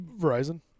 Verizon